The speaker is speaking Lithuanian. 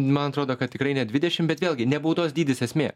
man atrodo kad tikrai ne dvidešim bet vėlgi ne baudos dydis esmė